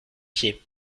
pieds